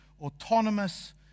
autonomous